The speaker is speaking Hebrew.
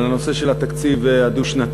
על הנושא של התקציב הדו-שנתי.